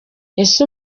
ese